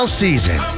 season